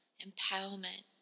empowerment